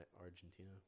Argentina